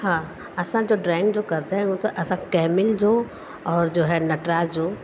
हा असां जो ड्रॉइंग जो करंदा आहियूं उहा त असां कंहिंमहिल जो और जो है नटराज जो